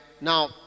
Now